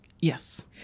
yes